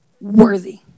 worthy